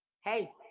hey